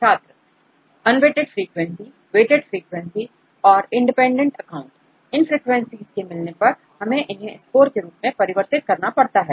छात्र unweighted frequency weighted frequency independent account in frequencies के मिलने पर हमें इन्हें स्कोर के रूप में परिवर्तित करना पड़ता है